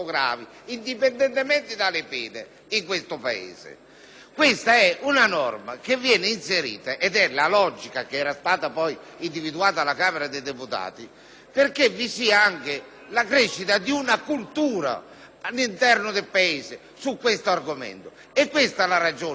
questa norma viene inserita, che era stata individuata alla Camera dei deputati, è che vi sia anche la crescita di una cultura all'interno del Paese su questo argomento. È questa la ragione per cui credo che la norma possa essere approvata